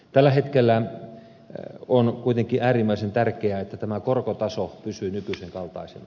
tällä hetkellä on kuitenkin äärimmäisen tärkeää että tämä korkotaso pysyy nykyisen kaltaisena